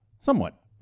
somewhat